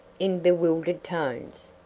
in bewildered tones.